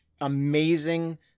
amazing